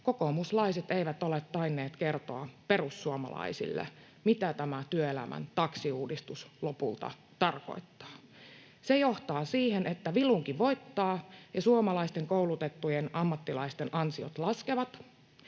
kokoomuslaiset eivät ole tainneet kertoa perussuomalaisille, mitä tämä työelämän taksiuudistus lopulta tarkoittaa. Se johtaa siihen, että vilunki voittaa ja suomalaisten koulutettujen ammattilaisten ansiot laskevat